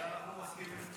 על זה אנחנו מסכימים.